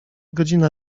godzina